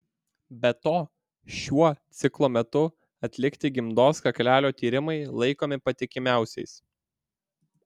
be to šiuo ciklo metu atlikti gimdos kaklelio tyrimai laikomi patikimiausiais